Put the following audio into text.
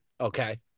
Okay